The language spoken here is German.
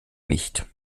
nicht